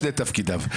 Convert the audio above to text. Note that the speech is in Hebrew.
בשני תפקידיו.